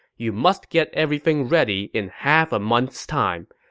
you must get everything ready in half a month's time.